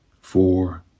four